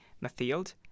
Mathilde